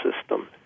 system